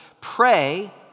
Pray